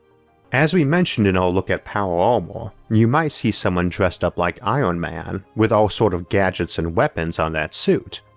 as we mentioned in our look at power armor, you might see someone dressed up like iron man with all sort of gadgets and weapons on that suit,